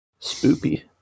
Spoopy